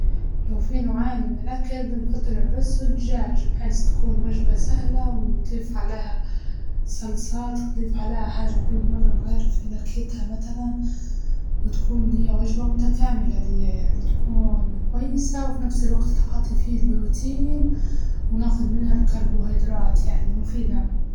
لو في نوعين من الأكل بنفضل الرز والجاج بحيس تكون وجبة سهلة ونضيف عليها صلصات ونضيف عليها حاجة كل مرة نغير في نكهتها متلاً، وتكون هي وجبة متكاملة ليا يعني تكون كويسة وفي نفس الوقت تعطي فيه البروتين وناخد منها الكربوهيدرات يعني مفيدة.